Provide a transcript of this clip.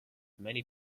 many